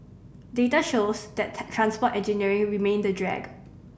data shows that transport engineering remained a drag